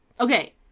Okay